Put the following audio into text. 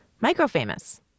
micro-famous